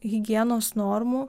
higienos normų